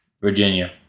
Virginia